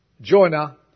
Jonah